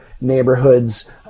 neighborhoods